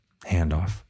handoff